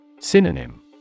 Synonym